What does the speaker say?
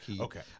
Okay